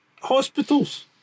hospitals